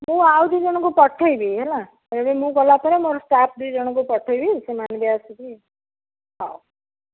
ମୁଁ ଆଉ ଦି ଜଣକୁ ପଠେଇବି ହେଲା ଏବେ ମୁଁ ଗଲା ପରେ ମୋର ଷ୍ଟାଫ୍ ଦୁଇ ଜଣକୁ ପଠେଇବି ସେମାନେ ବି ଆସିକି ହଉ